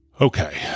Okay